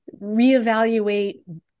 reevaluate